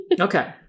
Okay